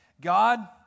God